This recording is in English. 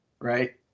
right